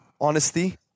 Honesty